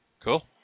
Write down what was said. Cool